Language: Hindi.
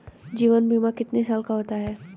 जीवन बीमा कितने साल का होता है?